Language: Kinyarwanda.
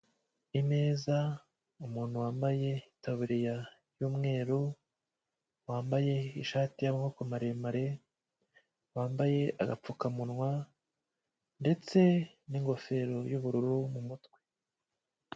Imeza, umuntu wambaye itaburiya y'umweru, wambaye ishati y'amaboko maremare, wambaye agapfukamunwa ndetse n'ingofero y'ubururu mu mutwe.